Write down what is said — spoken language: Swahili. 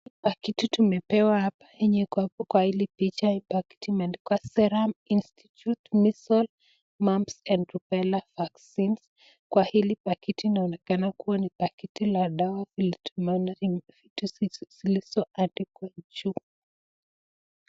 Kitu tumepewa hapa yenyewe iko hapo kwa hili picha, ipaki tumeandikwa Serum Institute, Measles, Mumps, and Rubella Vaccine. Kwa hili pakiti inaonekana kuwa ni pakiti la dawa vile tumeona hivi vitu zilizoandikwa juu.